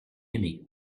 aimé